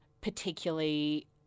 particularly –